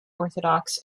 orthodox